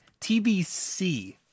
TBC